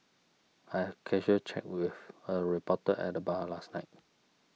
I had casual chat with a reporter at the bar last night